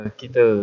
kita